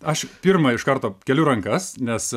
aš pirma iš karto keliu rankas nes